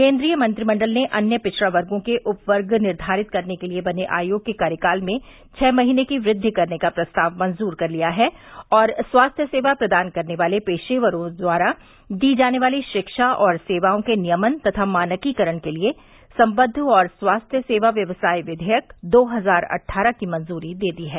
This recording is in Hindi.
केन्द्रीय मंत्रिमंडल ने अन्य पिछड़ा वर्गों के उप वर्ग निर्धारित करने के लिए बने आयोग के कार्यकाल में छह महीने की वृद्वि करने का प्रस्ताव मंजूर कर लिया है और स्वास्थ्य सेवा प्रदान करने वाले पेशेवरों द्वारा दी जाने वाली शिक्षा और सेवाओं के नियमन तथा मानकीकरण के लिए सम्बद्ध और स्वास्थ्य सेवा व्यवसाय विधेयक दो हजार अट्ठारह की मंजूरी दे दी है